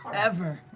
ever.